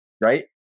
Right